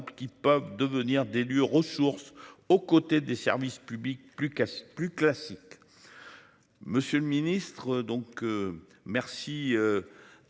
qui peuvent devenir des lieux ressources aux côtés des services publics plus casse-, plus classique. Monsieur le Ministre donc.